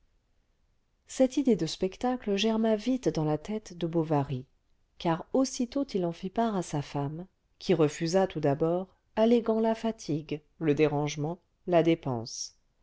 cette idée de spectacle germa vite dans la tête de bovary car aussitôt il en fit part à sa femme qui refusa tout d'abord alléguant la fatigue le dérangement la dépense